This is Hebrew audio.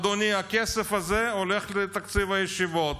אדוני, הכסף הזה הולך לתקציב הישיבות.